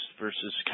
versus